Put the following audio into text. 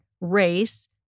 race